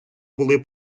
були